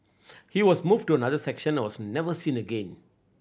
he was moved to another section and was never seen again